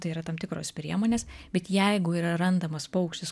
tai yra tam tikros priemonės bet jeigu yra randamas paukštis